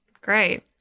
Great